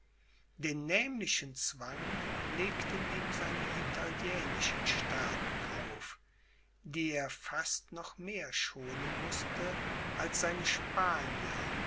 den nämlichen zwang legten ihm seine italienischen staaten auf die er fast noch mehr schonen mußte als seine spanier